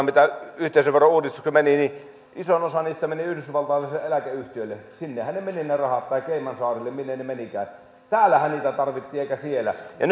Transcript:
mitä yhteisöveron uudistukseen meni isoin osa meni yhdysvaltalaisille eläkeyhtiöille sinnehän ne rahat menivät kai caymansaarille minne ne menivätkään täällähän niitä tarvittiin eikä siellä ja